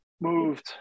moved